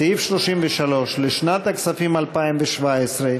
סעיף 33 לשנת הכספים 2017,